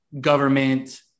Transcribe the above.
government